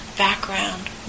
background